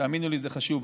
תאמינו לי, זה חשוב.